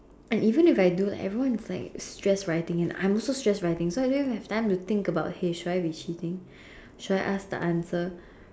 and even if I do like everyone was like stress writing and I'm also stress writing don't even have time to think about hey should I be cheating should I ask the answer